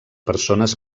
persones